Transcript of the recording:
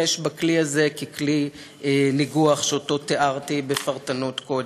בכלי הזה ככלי ניגוח שאותו תיארתי בפרטנות קודם.